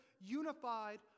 unified